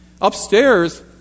Upstairs